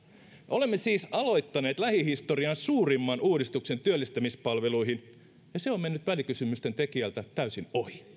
olemme siis aloittaneet lähihistorian suurimman uudistuksen työllistämispalveluihin ja se on mennyt välikysymysten tekijältä täysin ohi